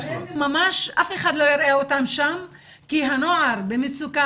ממש אף אחד לא יראה אותם שם כי הנוער במצוקה